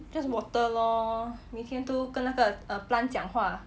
just water lor 每天都跟那个 err plant 讲话